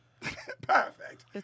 Perfect